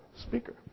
speaker